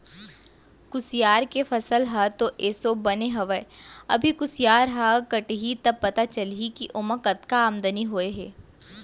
कुसियार के फसल ह तो एसो बने हवय अभी कुसियार ह कटही त पता चलही के ओमा कतका आमदनी होय हे